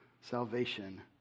salvation